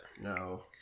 No